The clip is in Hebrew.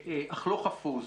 אך לא חפוז,